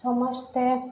ସମସ୍ତେ